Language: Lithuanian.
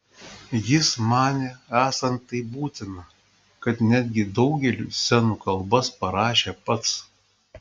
jis manė esant taip būtina kad netgi daugeliui scenų kalbas parašė pats